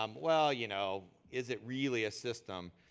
um well, you know, is it really a system?